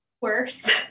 Worse